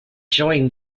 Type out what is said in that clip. join